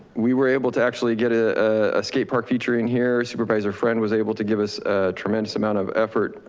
we were able to actually get ah a skate park featuring here, supervisor friend was able to give us a tremendous amount of effort,